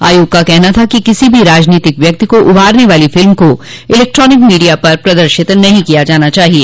आयोग का कहना था कि किसी भी राजनीतिक व्यक्ति को उभारने वाली फिल्म को इलेक्ट्रानिक मीडिया पर प्रदर्शित नहीं किया जाना चाहिए